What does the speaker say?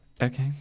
Okay